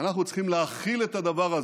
צריכים להכיל את הדבר הזה.